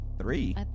three